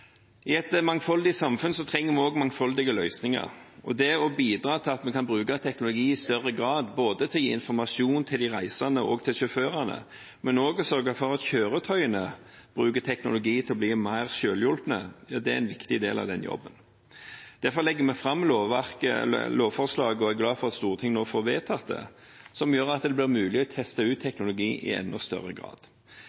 I et mangfoldig samfunn trenger vi også mangfoldige løsninger. Det å bidra til at man kan bruke teknologi i større grad både til å gi informasjon til de reisende og sjåførene og også til å sørge for at kjøretøyene bruker teknologien til å bli mer selvhjulpne, er en viktig del av jobben. Derfor legger vi fram lovforslaget og er glad for at Stortinget nå får vedtatt det, noe som gjør at det blir mulig å teste ut